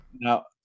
Now